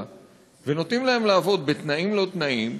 ונותנים להן לעבוד בתנאים לא תנאים,